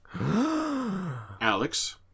Alex